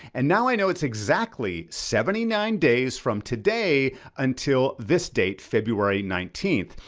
and now i know it's exactly seventy nine days from today until this date february nineteenth.